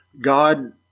God